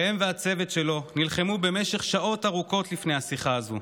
ראם והצוות שלו נלחמו במשך שעות ארוכות לפני השיחה הזו,